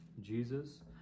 Jesus